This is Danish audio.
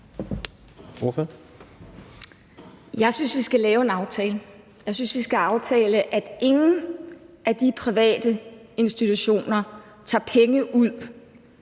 Jeg synes, vi skal lave en aftale. Jeg synes, vi skal aftale, at ingen af de private institutioner tager penge ud